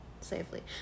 safely